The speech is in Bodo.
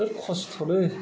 जोबोद खस्थलै